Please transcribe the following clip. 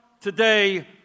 today